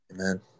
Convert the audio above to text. Amen